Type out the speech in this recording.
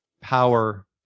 power